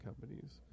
companies